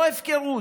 לא הפקרות.